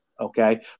okay